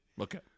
Okay